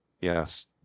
Yes